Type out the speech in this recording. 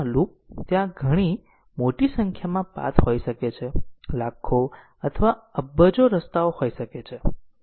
તેથી સેલેક્શન નું સ્ટેટમેન્ટ એકદમ સાહજિક છે અમે તેને અનુરૂપ CFG સરળતાથી દોરી શકીએ છીએ પરંતુ જે થોડું જટિલ છે અથવા જેને થોડી સમજની જરૂર છે તે ઈટરેશન માટે છે